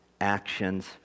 actions